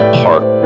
heart